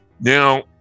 Now